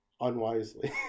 unwisely